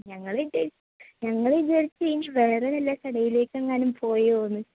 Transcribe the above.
ഞങ്ങൾ ഇത് ഞങ്ങൾ വിചാരിച്ചു ഇനി വേറെവല്ല കടയിലേക്കെങ്ങാനും പോയോയെന്ന്